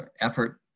effort